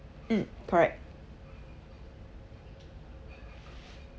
mm correct